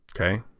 Okay